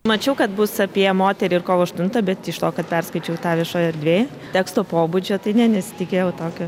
mačiau kad bus apie moterį ir kovo aštuntą bet iš to kad perskaičiau tą viešoj erdvėj teksto pobūdžio tai ne nesitikėjau tokio